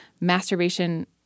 masturbation